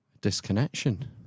disconnection